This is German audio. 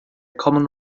common